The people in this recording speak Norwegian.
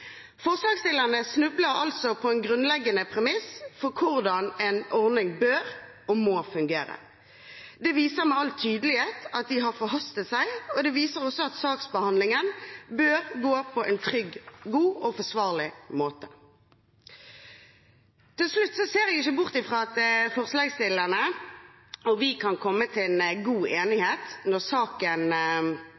Forslagsstillerne snubler altså i en grunnleggende premiss for hvordan en ordning bør og må fungere. Det viser med all tydelighet at de har forhastet seg, og det viser også at saksbehandlingen bør skje på en trygg, god og forsvarlig måte. Jeg ser ikke bort fra at forslagsstillerne og vi kan komme til en god